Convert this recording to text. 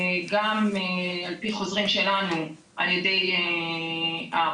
גם על פי חוזרים שלנו על ידי הרופאים